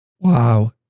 Wow